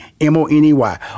M-O-N-E-Y